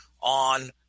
on